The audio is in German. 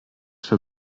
für